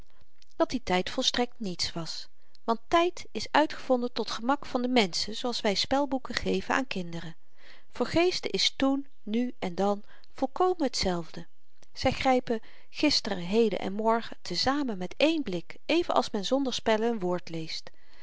dat die tyd volstrekt niets was want tyd is uitgevonden tot gemak van de menschen zooals wy spelboeken geven aan kinderen voor geesten is toen nu en dan volkomen hetzelfde zy grypen gisteren heden en morgen te-zamen met één blik even als men zonder spellen n woord leest